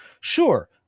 Sure